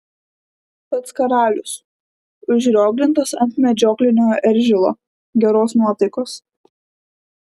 pats karalius užrioglintas ant medžioklinio eržilo geros nuotaikos